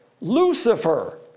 Lucifer